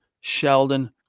Sheldon